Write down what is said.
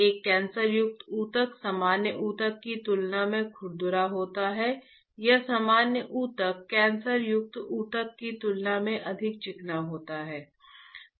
एक कैंसरयुक्त ऊतक सामान्य ऊतक की तुलना में खुरदरा होता है या सामान्य ऊतक कैंसरयुक्त ऊतक की तुलना में अधिक चिकना होता है